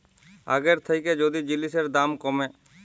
আগের থ্যাইকে যদি জিলিসের দাম ক্যমে